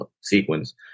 sequence